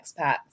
expats